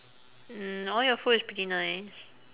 mm all your food is pretty nice